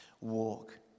Walk